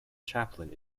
chaplain